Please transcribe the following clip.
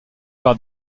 par